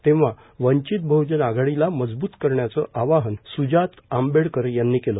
तेव्हा वंचित बहजन आघाडीला मजबूत करण्याचं आवाहन सुजात आंबेडकर यांनी केलं